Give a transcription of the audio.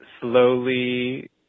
slowly